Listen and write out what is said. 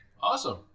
Awesome